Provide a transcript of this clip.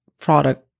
product